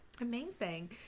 Amazing